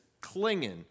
clinging